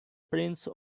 prince